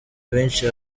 benshi